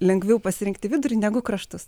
lengviau pasirinkti vidurį negu kraštus